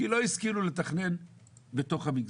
כי לא השכילו לתכנן בתוך המגזר.